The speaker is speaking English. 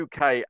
UK